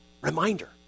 Reminder